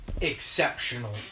Exceptional